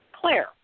Claire